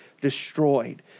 destroyed